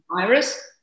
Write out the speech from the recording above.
virus